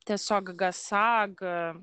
tiesiog gasag